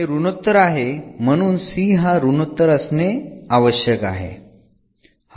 हे ऋनोत्तर आहे म्हणून c हा ऋनोत्तर असणे आवश्यक आहे